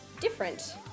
different